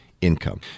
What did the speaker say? income